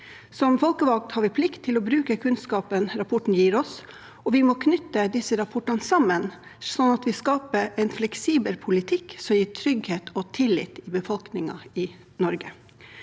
Som folkevalgte har vi plikt til å bruke kunnskapen rapportene gir oss. Vi må knytte disse rapportene sammen, sånn at vi skaper en fleksibel politikk som gir trygghet og tillit i befolkningen i Norge.